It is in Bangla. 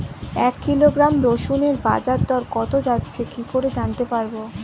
এক কিলোগ্রাম রসুনের বাজার দর কত যাচ্ছে কি করে জানতে পারবো?